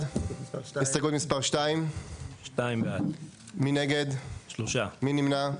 הסתייגות מספר 2. הצבעה בעד, 2 נגד, 3 נמנעים,